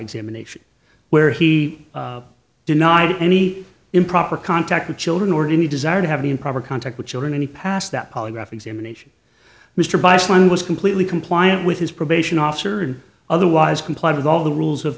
examination where he did not have any improper contact with children or any desire to have any improper contact with children any past that polygraph examination mr biased one was completely compliant with his probation officer and otherwise complied with all the rules of